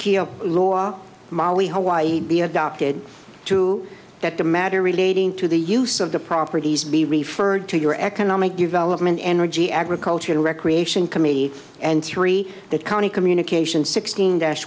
hama law molly hawaii be adopted to that the matter relating to the use of the properties be referred to your economic development energy agriculture recreation committee and three that county communications sixteen